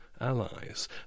allies